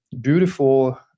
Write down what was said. beautiful